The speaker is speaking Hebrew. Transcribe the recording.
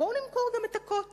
בואו נמכור גם את הכותל.